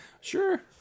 Sure